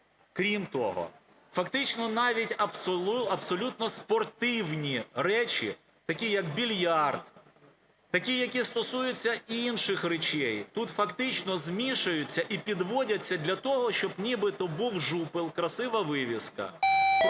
Крім того, фактично навіть абсолютно спортивні речі, такі як більярд, такі, які стосуються інших речей, тут фактично змішуються і підводяться для того, щоб нібито був жупел, красива вивіска.